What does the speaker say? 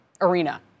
arena